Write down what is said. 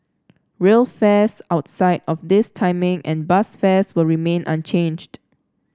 rail fares outside of this timing and bus fares will remain unchanged